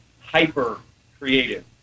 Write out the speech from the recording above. hyper-creative